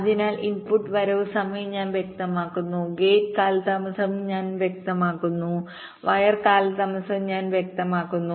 അതിനാൽ ഇൻപുട്ട് വരവ് സമയം ഞാൻ വ്യക്തമാക്കുന്നു ഗേറ്റ് കാലതാമസം ഞാൻ വ്യക്തമാക്കുന്നു വയർ കാലതാമസം ഞാൻ വ്യക്തമാക്കുന്നു